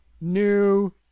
new